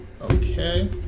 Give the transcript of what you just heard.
Okay